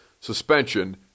suspension